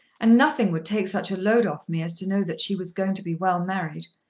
and nothing would take such a load off me as to know that she was going to be well married.